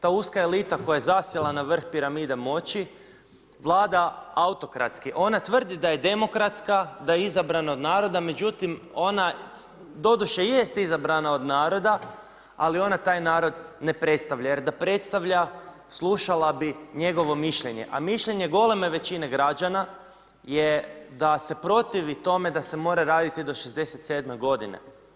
Ta uska elita koja je zasjela na vrh piramide moći vlada autokratski, ona tvrdi da je demokratska, da je izabrana od naroda, međutim, ona doduše, jeste izabrana od naroda, ali ona taj narod ne predstavlja jer da predstavlja slušala bi njegovo mišljenje, a mišljenje goleme većine građana je da se protivi tome da se mora raditi do 67.-me godine.